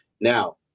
Now